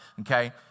Okay